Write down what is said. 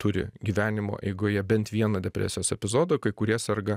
turi gyvenimo eigoje bent vieną depresijos epizodą kai kurie serga